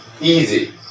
easy